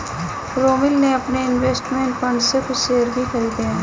रोमिल ने अपने investment fund से कुछ शेयर भी खरीदे है